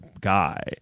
guy